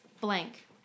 Blank